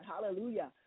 hallelujah